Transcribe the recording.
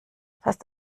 fast